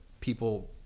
people